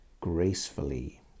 gracefully